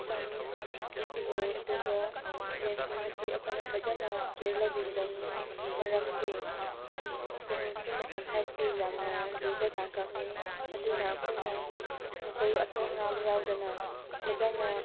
ꯁꯟ ꯏꯔꯣꯏ ꯑꯗꯨꯒ ꯌꯦꯟꯁꯤꯡ ꯑꯁꯤ ꯑꯩꯈꯣꯏꯅ ꯐꯖꯅ ꯀꯤꯌꯔ ꯂꯧꯕꯤꯒꯗꯕꯅꯤ ꯃꯔꯝꯗꯤ ꯄ꯭ꯔꯦꯛꯁꯤ ꯃꯇꯝ ꯍꯥꯏꯕꯁꯦ ꯌꯥꯝꯅ ꯂꯨꯕ ꯇꯥꯡꯀꯛꯅꯤ ꯑꯗꯨꯅ ꯑꯩꯈꯣꯏꯅ ꯃꯈꯣꯏꯕꯨ ꯑꯁꯣꯏ ꯑꯉꯥꯝ ꯌꯥꯎꯗꯕ ꯐꯖꯅ